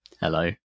Hello